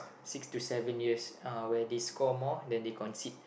six to seven years uh where they score more than they concede